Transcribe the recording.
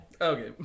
Okay